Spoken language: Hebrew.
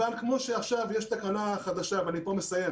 אבל כמו שעכשיו יש תקנה חדשה ופה אני מסיים